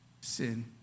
Sin